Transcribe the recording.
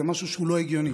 זה משהו שהוא לא הגיוני,